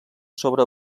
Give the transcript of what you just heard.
sobre